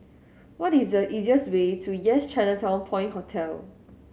what is the easiest way to Yes Chinatown Point Hotel